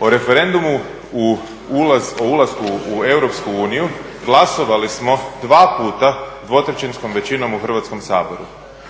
o referendumu o ulasku u EU glasovali smo dva puta dvotrećinskom većinom u Hrvatskom saboru,